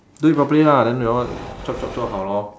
do it properly lah then we all chop chop 做好 lor